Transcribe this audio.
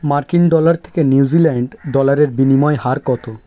মার্কিন ডলার থেকে নিউজিল্যাণ্ড ডলারের বিনিময় হার কত